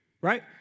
right